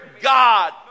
god